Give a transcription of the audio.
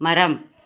മരം